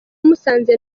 musanze